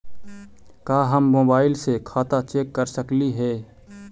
का हम मोबाईल से खाता चेक कर सकली हे?